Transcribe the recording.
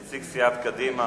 נציג סיעת קדימה,